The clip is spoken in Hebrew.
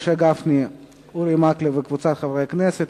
משה גפני ואורי מקלב וקבוצת חברי הכנסת.